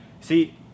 See